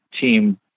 team